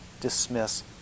dismiss